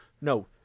No